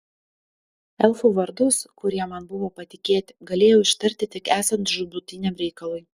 elfų vardus kurie man buvo patikėti galėjau ištarti tik esant žūtbūtiniam reikalui